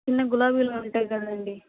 చిన్న గులాబీలుంటాయి కదండీ